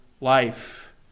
life